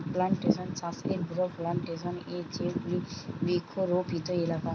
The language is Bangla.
প্লানটেশন চাষে বড়ো প্লানটেশন এ যেগুলি বৃক্ষরোপিত এলাকা